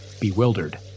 bewildered